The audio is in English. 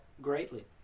greatly